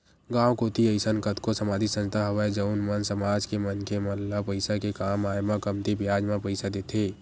गाँव कोती अइसन कतको समाजिक संस्था हवय जउन मन समाज के मनखे मन ल पइसा के काम आय म कमती बियाज म पइसा देथे